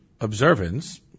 observance